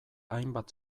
hainbat